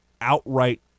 outright